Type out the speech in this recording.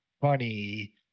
funny